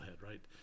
right